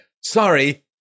sorry